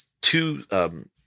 two